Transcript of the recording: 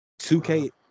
2K